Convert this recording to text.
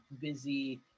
busy